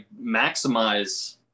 maximize